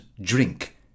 drink